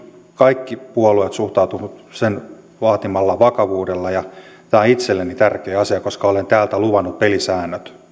kaikki puolueet suhtautuneet sen vaatimalla vakavuudella tämä on itselleni tärkeä asia koska olen täältä luvannut pelisäännöt